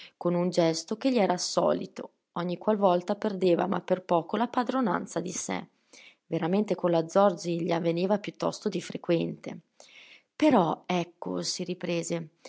con un gesto che gli era solito ogni qual volta perdeva ma per poco la padronanza di sé veramente con la zorzi gli avveniva piuttosto di frequente però ecco si riprese